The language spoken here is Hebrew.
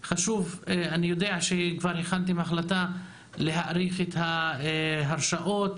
אני יודע שכבר הכנתם החלטה להאריך את ההרשאות